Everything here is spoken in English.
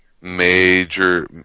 major